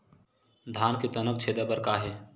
धान के तनक छेदा बर का हे?